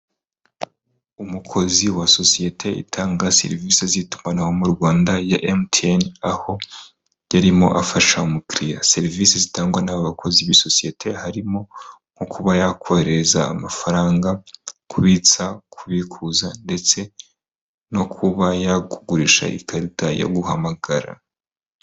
Umukozi wa sosiyete itanga serivisi z'itumanaho mu Rwanda ya MTN, aho yarimo afasha umukiriya. Serivisi zitangwa n'aba bakozi b'iyi sosiyete harimo nko kuba yakohereza amafaranga, kubitsa, kubikuza ndetse no kuba yakugurisha ikarita yo guhamagara.